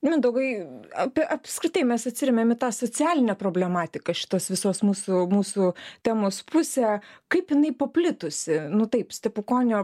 mindaugai apie apskritai mes atsirėmiam į tą socialinę problematiką šitos visos mūsų mūsų temos pusę kaip jinai paplitusi nu taip stepukonio